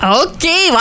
okay